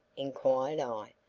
inquired i,